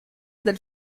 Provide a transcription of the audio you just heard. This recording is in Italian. del